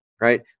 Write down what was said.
Right